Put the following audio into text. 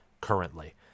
currently